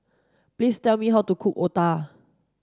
please tell me how to cook Otah